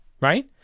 Right